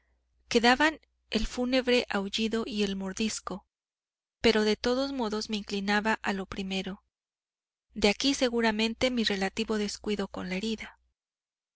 quedaban el fúnebre aullido y el mordisco pero de todos modos me inclinaba a lo primero de aquí seguramente mi relativo descuido con la herida